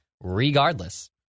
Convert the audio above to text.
Regardless